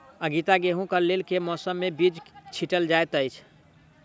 आगिता गेंहूँ कऽ लेल केँ मौसम मे बीज छिटल जाइत अछि?